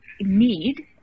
need